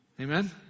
Amen